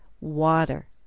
water